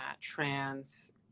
trans